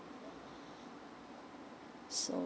so